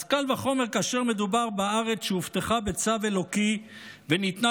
אז קל וחומר כאשר מדובר בארץ שהובטחה בצו אלוקי וניתנה